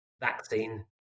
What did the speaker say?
vaccine